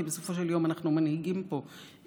כי בסופו של יום אנחנו מנהיגים פה ציבור.